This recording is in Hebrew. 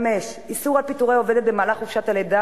5. איסור פיטורי עובדת במהלך חופשת לידה